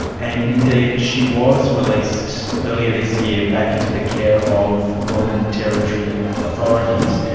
and indeed she was released earlier this year back into the care of northern territory authorities.